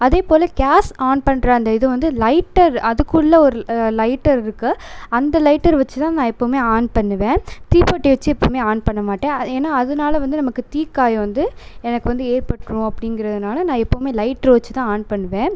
அதேபோல் gas on பண்ணுற அந்த இது வந்து லைட்டர் அதுக்குள்ள ஒரு லைட்டர் இருக்குது அந்த லைட்டர் வச்சு தான் நான் எப்போவுமே ஆன் பண்ணுவேன் தீப்பெட்டி வச்சு எப்போவுமே ஆன் பண்ணமாட்டேன் ஏன்னால் அதனால வந்து நமக்கு தீக்காயம் வந்து எனக்கு வந்து ஏற்பட்டுரும் அப்படிங்கிறதுனால நான் எப்போவுமே லைட்டர் வச்சு தான் ஆன் பண்ணுவேன்